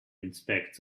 inspect